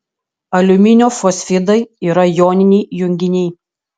aliuminio fosfidai yra joniniai junginiai